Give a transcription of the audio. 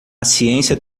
ciência